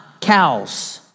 cows